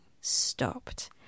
stopped